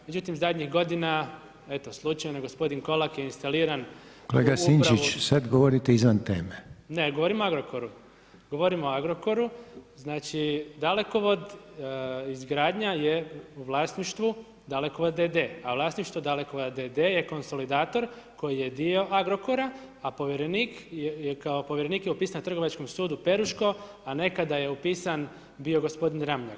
Međutim, zadnjih godina, eto slučajno gospodin Kolak je instaliran [[Upadica Reiner: Kolega Sinčić, sada govorite izvan teme.]] Ne, govorim o Agrokoru, govorim o Agrokoru, znači, dalekovod izgradnja je u vlasništvu Dalekovod d.d. a vlasništvo Dalekovoda d.d. je konsolidator koji je dio Agrokora, a povjerenik, kao povjerenik je upisan trgovačkom sudu u Peruško, a nekada je upisan bio gospodin Ramljak.